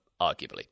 arguably